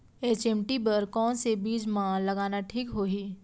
HMT बर कौन से बीज मा लगाना ठीक होही?